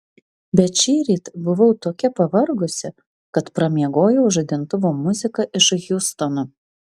bet šįryt buvau tokia pavargusi kad pramiegojau žadintuvo muziką iš hjustono